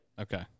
Okay